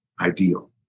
ideal